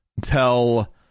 tell